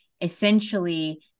essentially